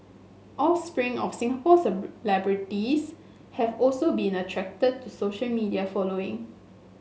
offspring of Singapore have also been attracted to social media following